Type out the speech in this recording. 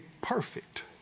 perfect